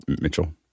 Mitchell